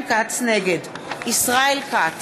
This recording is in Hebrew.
נגד ישראל כץ,